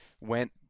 went